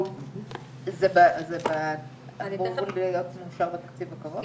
זה אמור להיות מאושר בתקציב הקרוב?